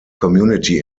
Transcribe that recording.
community